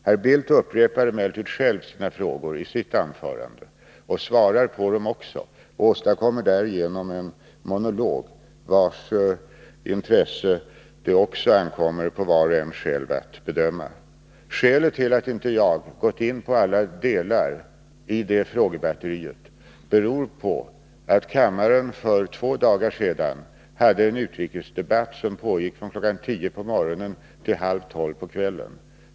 Herr Bildt upprepade själv sina frågor i sitt inlägg och svarade på dem också och åstadkom därigenom en monolog, vars intresse det ankommer på var och en att själv bedöma. Skälet till att jag inte gått in på alla delar i det frågebatteriet är att kammaren för två dagar sedan hade en utrikesdebatt, som pågick från klockan tio på morgonen till halv tolv på kvällen.